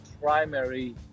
primary